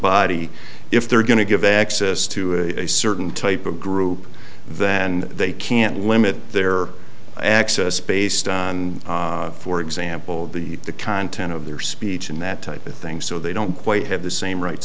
body if they're going to give access to a certain type of group then they can't limit their access based on for example the content of their speech and that type of thing so they don't quite have the same rights